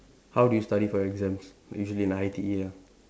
how do you study for exams usually in I_T_E ah